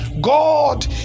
God